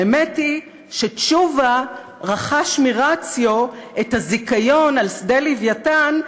האמת היא שתשובה רכש מ"רציו" את הזיכיון על שדה "לווייתן",